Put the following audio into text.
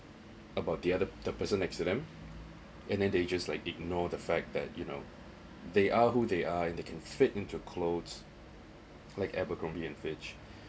about the other the person next to them and then they just like ignore the fact that you know they are who they are and they can fit into clothes like abercrombie and fitch